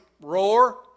roar